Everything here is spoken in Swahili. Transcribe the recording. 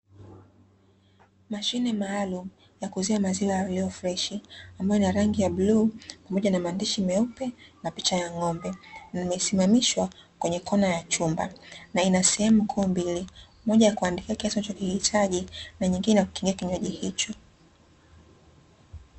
Mashine maalumu ya kuuzia maziwa yaliyo freshi, ambayo ni ya rangi ya bluu pamoja na maandishi meupe na picha ya ng'ombe, na imesimamishwa kwenye kona ya chumba. Na ina sehemu kuu mbili; moja ya kuandikia kiasi unachokihitaji na nyingine ya kukingia kinywaji hicho.